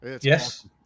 Yes